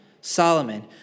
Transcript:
Solomon